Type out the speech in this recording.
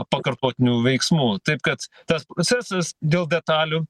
pakartotinių veiksmų taip kad tas procesas dėl detalių